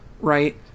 right